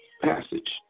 Passage